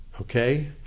okay